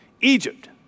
Egypt